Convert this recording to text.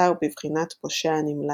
עתה הוא בבחינת פושע נמלט.